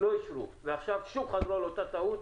לא אישרו, ועכשיו שוב חזרו על אותה טעות,